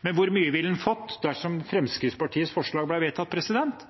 Men hvor mye ville han fått dersom Fremskrittspartiets forslag ble vedtatt?